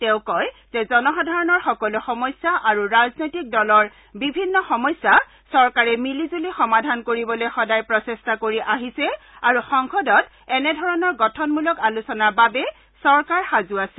তেওঁ কয় যে জনসাধাৰণৰ সকলো সমস্যা আৰু ৰাজনৈতিক দলৰ বিভিন্ন সমস্যা চৰকাৰে মিলিজুলি সমাধান কৰিবলৈ সদায় প্ৰচেষ্টা কৰি আহিছে আৰু সংসদত এনেধৰণৰ গঠনমূলক আলোচনাৰ বাবে চৰকাৰ সাজু আছে